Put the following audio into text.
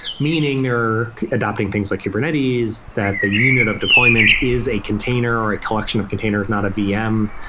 meaning, they're adopting things like kubernetes that the unit of deployment is a container or a collection of containers, not a vm,